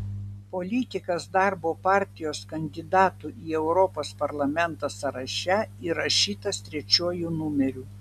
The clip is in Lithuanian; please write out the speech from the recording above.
politikas darbo partijos kandidatų į europos parlamentą sąraše įrašytas trečiuoju numeriu